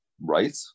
Right